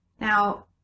Now